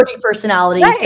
personality